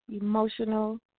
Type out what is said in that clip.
emotional